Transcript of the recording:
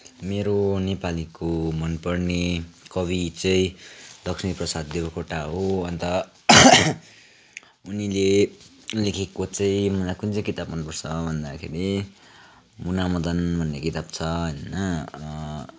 मेरो नेपालीको मनपर्ने कवि चाहिँ लक्ष्मीप्रसाद देवकोटा हो अन्त उनले लेखेको चाहिँ मलाई कुन चाहिँ किताब मनपर्छ भन्दाखेरि मुनामदन भन्ने किताब छ होइन